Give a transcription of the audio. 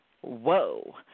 Whoa